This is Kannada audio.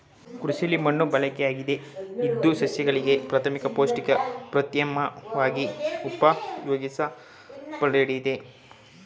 ಕೃಷಿಲಿ ಮಣ್ಣು ಬಳಕೆಯಾಗ್ತದೆ ಇದು ಸಸ್ಯಗಳಿಗೆ ಪ್ರಾಥಮಿಕ ಪೌಷ್ಟಿಕ ಪ್ರತ್ಯಾಮ್ಲವಾಗಿ ಉಪಯೋಗಿಸಲ್ಪಡ್ತದೆ